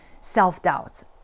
self-doubts